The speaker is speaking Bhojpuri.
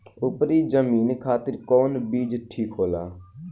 उपरी जमीन खातिर कौन बीज ठीक होला?